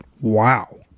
wow